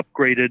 upgraded